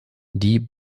die